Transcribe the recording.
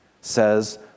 says